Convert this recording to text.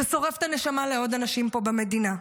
זה שורף את הנשמה לעוד אנשים פה במדינה,